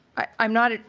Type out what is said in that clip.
i'm not